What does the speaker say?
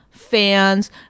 fans